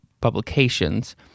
Publications